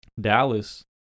Dallas